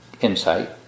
insight